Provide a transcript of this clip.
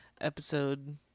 episode